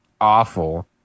awful